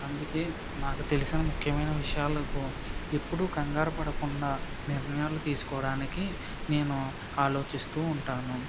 అందుకే నాకు తెలిసిన ముఖ్యమైన విషయాలకు ఎప్పుడు కంగారుపడకుండా నిర్ణయాలు తీసుకోవడానికి నేను ఆలోచిస్తూ ఉంటాను